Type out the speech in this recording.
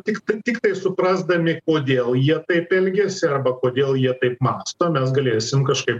tiktai tiktai suprasdami kodėl jie taip elgiasi arba kodėl jie taip mąsto mes galėsim kažkaip